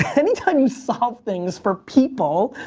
anytime you solve things for people,